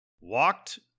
walked